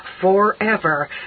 forever